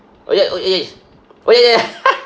oh ya oh eh eh oh ya ya